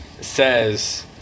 says